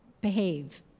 behave